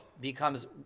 becomes